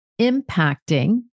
impacting